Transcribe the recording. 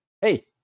hey